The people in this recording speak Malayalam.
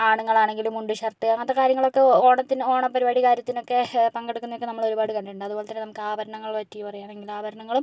ആണുങ്ങളാണെങ്കിൽ മുണ്ട് ഷർട്ട് അങ്ങനത്തെ കാര്യങ്ങളൊക്കെ ഓണത്തിന് ഓണപ്പരിപാടി കാര്യത്തിനൊക്കെ പങ്കെടുക്കുന്നതൊക്കെ നമ്മളൊരുപാട് കണ്ടിട്ടുണ്ട് അതുപോലെ തന്നെ നമുക്ക് ആഭരണങ്ങളെപ്പറ്റി പറയുകയാണെങ്കിൽ ആഭരണങ്ങളും